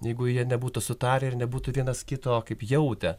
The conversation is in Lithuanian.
jeigu jie nebūtų sutarę ir nebūtų vienas kito kaip jautę